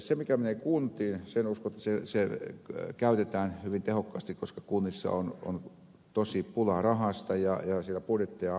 se mikä menee kuntiin uskon että se käytetään hyvin tehokkaasti koska kunnissa on tosi pula rahasta ja siellä budjetteja aukaistaan